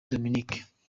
dominique